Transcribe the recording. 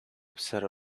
upset